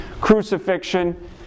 crucifixion